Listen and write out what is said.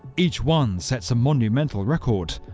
each one sets a monumental record,